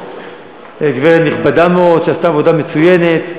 גברת נכבדה מאוד שעשתה עבודה מצוינת,